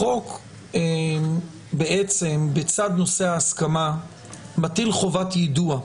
החוק בצד נושא ההסכמה מטיל חובת יידוע.